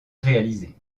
réalisées